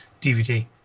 DVD